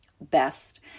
best